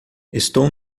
estou